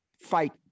fight